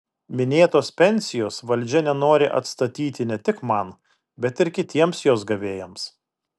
minėtos pensijos valdžia nenori atstatyti ne tik man bet ir kitiems jos gavėjams